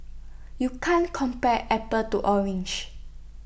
you can't compare apples to oranges